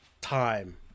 time